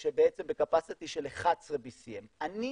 בקפסיטי של 11 BCM. אני